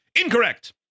Incorrect